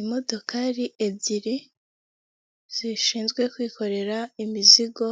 Imodokari ebyiri zishinzwe kwikorera imizigo